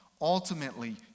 Ultimately